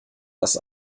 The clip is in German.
das